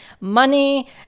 money